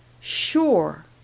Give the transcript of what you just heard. sure